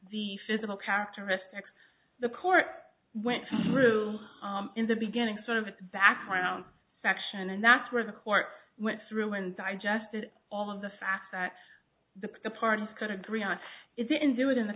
the physical characteristics the court went through in the beginning sort of a background section and that's where the court went through and digested all of the fact that the parties could agree on it didn't do it in the